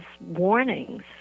warnings